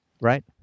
right